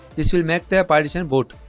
this will make their partition boot